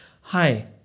Hi